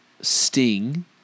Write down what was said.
sting